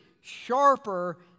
sharper